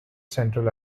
central